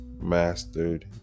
mastered